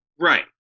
Right